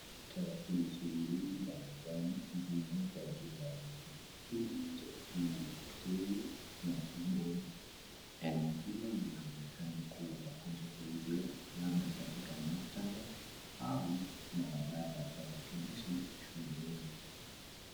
Tarakilishi mbili za mezani zimewekwa juu ya meza, kila moja ikiwa na skrini na kibodi. Eneo hilo linaonekana kuwa kujifunzia labda katika maktaba au maabara ya tarakilishi shuleni.